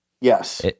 Yes